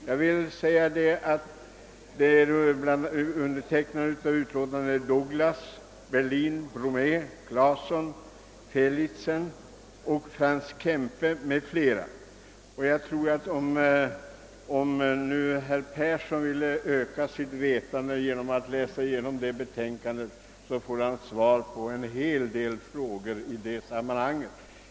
Bland undertecknarna av betänkandet finns L. Douglas, J. Berlin, J. Bromée, H. Claéson, M. v. Feilitzen och Frans Kempe. Om herr Persson i Heden vill öka sitt vetande genom att läsa igenom det betänkandet får han svar på en hel del frågor.